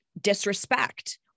disrespect